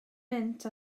mynd